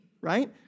right